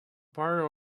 party